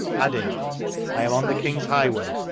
adding i am on the king's highway,